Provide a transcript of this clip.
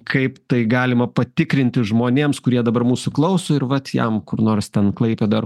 kaip tai galima patikrinti žmonėms kurie dabar mūsų klauso ir vat jam kur nors ten klaipėdoj ar